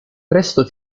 presto